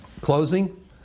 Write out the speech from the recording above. Closing